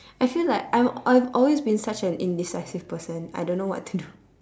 I feel like I'm I've always been an indecisive person I don't know what to do